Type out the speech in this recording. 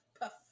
puff